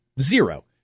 zero